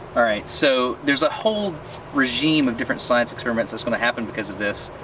alright so there's a whole regime of different science experiments that's gonna happen because of this.